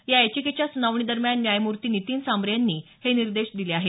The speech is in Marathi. या याचिकेच्यास्नावणी दरम्यान न्यायमूर्ती नितीन सांबरे यांनी हे निर्देश दिले आहेत